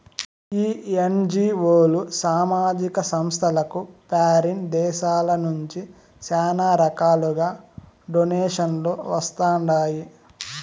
ఈ ఎన్జీఓలు, సామాజిక సంస్థలకు ఫారిన్ దేశాల నుంచి శానా రకాలుగా డొనేషన్లు వస్తండాయి